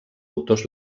autors